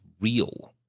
real